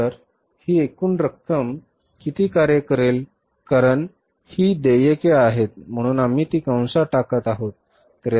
तर ही एकूण रक्कम किती कार्य करेल कारण ही देयके आहेत म्हणून आम्ही ती कंसात टाकत आहोत